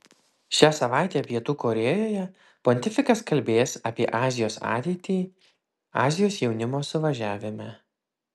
šią savaitę pietų korėjoje pontifikas kalbės apie azijos ateitį azijos jaunimo suvažiavime